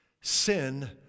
sin